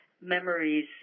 memories